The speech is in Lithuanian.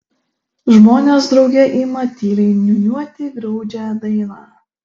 žmonės drauge ima tyliai niūniuoti graudžią dainą